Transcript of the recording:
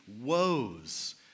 woes